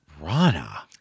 Rana